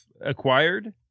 acquired